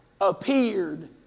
appeared